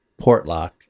portlock